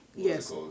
Yes